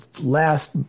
last